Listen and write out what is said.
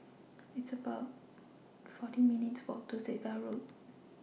It's about forty minutes' Walk to Segar Road